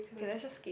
okay let's just skip